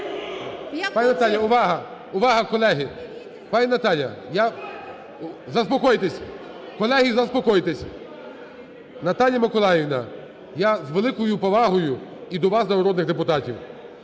Пані Наталя… Увага, увага, колеги! Пані Наталя, я… Заспокойтесь, колеги, заспокойтесь. Наталія Миколаївна, я з великою повагою і до вас, і до народних депутатів.